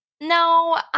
No